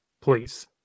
please